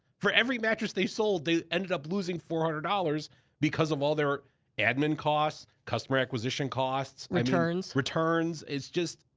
for every mattress they sold, they ended up losing four hundred dollars because of all their admin costs, customer acquisition costs. returns. returns, it's just,